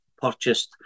purchased